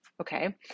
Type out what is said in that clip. okay